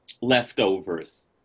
leftovers